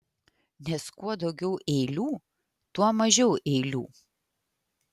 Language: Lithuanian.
nes kuo daugiau eilių tuo mažiau eilių